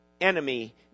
enemy